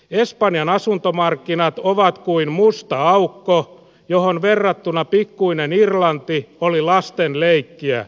espanjan asuntomarkkinat ovat kuin musta aukko johon verrattuna pikkuinen irlanti oli lasten leikkiä